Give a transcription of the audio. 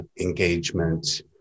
engagement